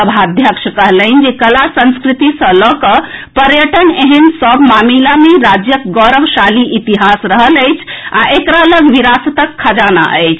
सभाध्यक्ष कहलनि जे कला संस्कृति सँ लऽ कऽ पर्यटन एहेन सभ मामिला मे राज्यक गौरवशाली इतिहास रहल अछि आ एकरा लऽग विरासतक खजाना अछि